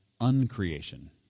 uncreation